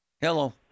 Hello